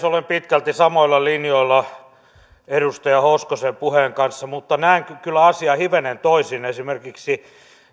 olen pitkälti samoilla linjoilla edustaja hoskosen kanssa mutta näen kyllä asian hivenen toisin esimerkiksi